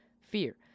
fear